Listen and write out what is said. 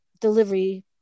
delivery